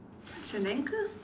it's an anchor